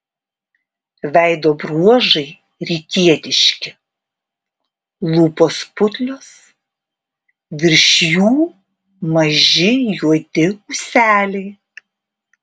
veido bruožai rytietiški lūpos putlios virš jų maži juodi ūseliai